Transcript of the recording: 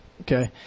okay